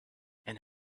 and